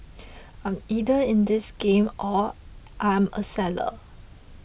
I'm either in this game or I am a seller